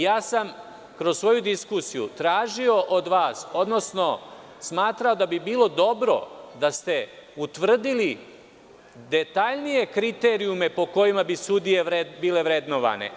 Ja sam kroz svoju diskusiju tražio od vas, odnosno smatrao da bi bilo dobro da ste utvrdili detaljnije kriterijume po kojima bi sudije bile vrednovane.